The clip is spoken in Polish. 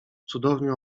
cudownie